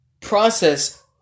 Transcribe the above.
process